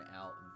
out